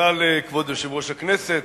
תודה לכבוד יושב-ראש הכנסת.